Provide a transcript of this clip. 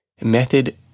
method